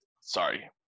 sorry